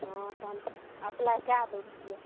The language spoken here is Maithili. हॅं तहन अप्लाइ कय दै छियै